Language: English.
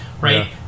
right